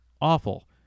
awful